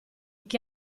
che